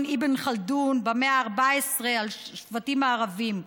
אבן ח'לדון במאה ה-14 על השבטים הערביים.